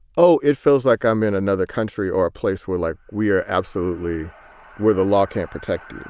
oh, it feels like i'm in another country or a place where, like, we are absolutely where the law can't protect you,